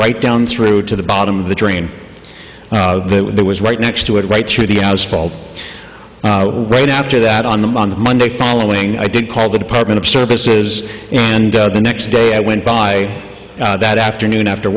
right down through to the bottom of the drain it was right next to it right through the house fall right after that on the on the monday following i did call the department of services and the next day i went by that afternoon after